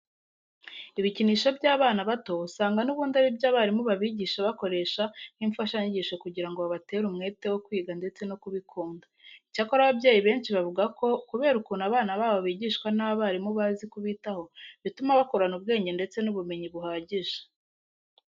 Ibikinisho by'abana bato usanga n'ubundi ari byo abarimu babigisha bakoresha nk'imfashanyigisho kugira ngo babatere umwete wo kwiga ndetse no kubikunda. Icyakora ababyeyi benshi bavuga ko kubera ukuntu abana babo bigishwa n'abarimu bazi kubitaho, bituma bakurana ubwenge ndetse n'ubumenyi buhagije.